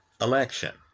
election